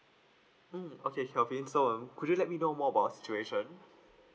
mm okay kelvin so um could you let me know more about your situation